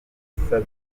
umurokore